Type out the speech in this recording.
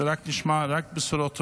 שנשמע רק בשורות טובות.